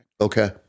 Okay